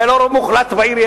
היה לו רוב מוחלט בעירייה.